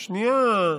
שנייה,